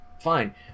fine